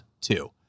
two